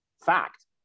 Fact